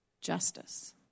justice